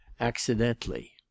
accidentally